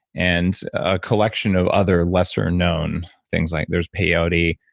and a collection of other lesser known things. like there's peyote.